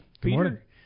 Peter